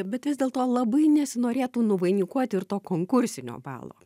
bet vis dėlto labai nesinorėtų nuvainikuoti ir to konkursinio balo